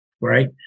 right